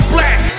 Black